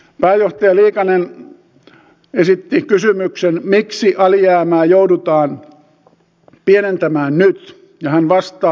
pääjohtaja liikanen esitti kysymyksen miksi alijäämää joudutaan pienentämään nyt ja hän vastaa